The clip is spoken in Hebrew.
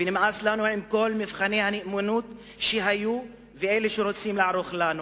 ונמאס לנו עם כל מבחני הנאמנות שהיו ואלה שרוצים לערוך לנו.